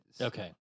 Okay